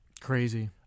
Crazy